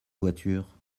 voiture